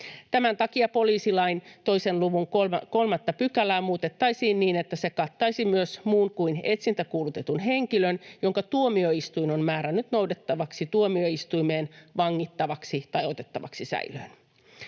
Tämän takia poliisilain 2 luvun 3 §:ää muutettaisiin niin, että se kattaisi myös muun kuin etsintäkuulutetun henkilön, jonka tuomioistuin on määrännyt noudettavaksi tuomioistuimeen vangittavaksi tai otettavaksi säilöön.